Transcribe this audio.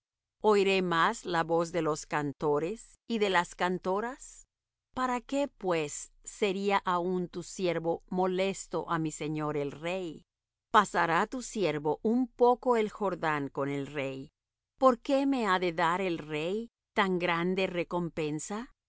oiré más la voz de los cantores y de las cantoras para qué pues sería aún tu siervo molesto á mi señor el rey pasará tu siervo un poco el jordán con el rey por qué me ha de dar el rey tan grande recompensa yo